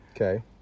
Okay